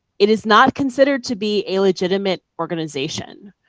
it is not considered to be a legitimate organization.